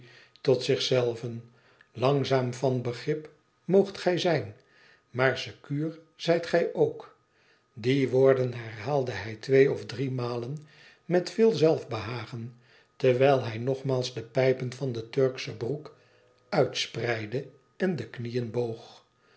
tot zich zei ven langzaam van begrip moogt gij zijn maar sekuur zijt gij ook die woorden herhaalde hij tweeof driemalen met veel zelfbehagen terwijl hij nogmaals de pijpen van de tiu ksche broek uitspreidde en de knieën